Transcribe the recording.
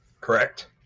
Correct